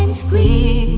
and squeeze